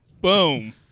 Boom